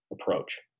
approach